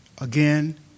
Again